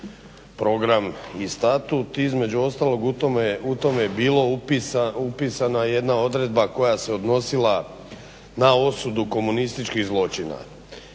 program i statut. Između ostalog u tome je bila upisana jedna odredba koja se odnosila na osudu komunističkih zločina.